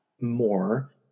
more